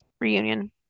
reunion